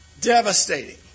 Devastating